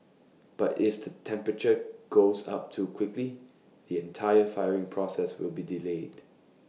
but if the temperature goes up too quickly the entire firing process will be delayed